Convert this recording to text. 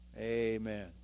Amen